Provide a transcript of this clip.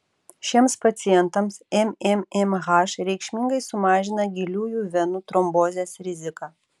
šiems pacientams mmmh reikšmingai sumažina giliųjų venų trombozės riziką